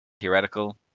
theoretical